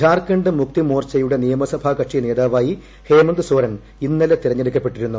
ഝാർഖണ്ഡ് മുക്തി മോർച്ചയുടെ നിയമസഭാ കക്ഷി നേതാവായി ഹേമന്ത് സോറൻ ഇന്നലെ തിരഞ്ഞെടുക്കപ്പെട്ടിരുന്നു